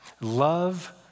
Love